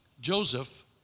Joseph